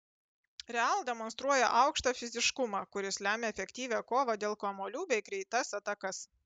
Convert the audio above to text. real demonstruoja aukštą fiziškumą kuris lemia efektyvią kovą dėl kamuolių bei greitas atakas